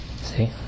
see